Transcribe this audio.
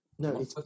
No